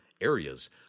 areas